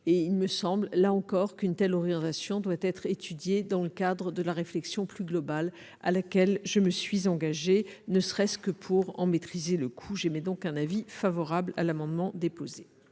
J'estime, là encore, qu'une telle orientation doit être étudiée dans le cadre de la réflexion plus globale à laquelle je me suis engagée, ne serait-ce que pour en maîtriser le coût. Je mets aux voix l'amendement n°